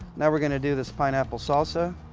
now we're going to do this pineapple salsa.